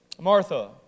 Martha